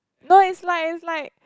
no is like is like